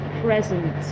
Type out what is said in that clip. present